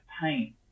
pain